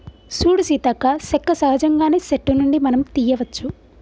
సూడు సీతక్క సెక్క సహజంగానే సెట్టు నుండి మనం తీయ్యవచ్చు